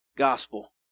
gospel